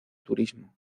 turismo